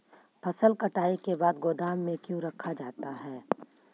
फसल कटाई के बाद गोदाम में क्यों रखा जाता है?